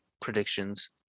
predictions